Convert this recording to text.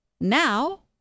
now